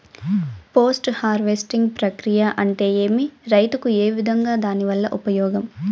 Post harvesting ప్రక్రియ అంటే ఏమి? రైతుకు ఏ విధంగా దాని వల్ల ఉపయోగం?